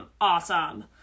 Awesome